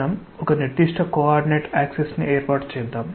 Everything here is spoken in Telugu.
మనం ఒక నిర్దిష్ట కోఆర్డినేట్ యాక్సిస్ న్ని ఏర్పాటు చేద్దాం